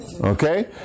Okay